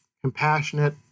compassionate